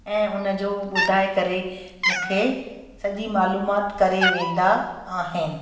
ऐं उनजो ॿुधाए करे मूंखे सॼी मालूमात करे वेंदा आहिनि